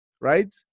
right